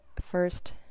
first